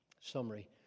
Summary